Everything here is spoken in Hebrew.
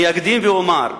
אני אקדים ואומר,